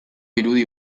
irudi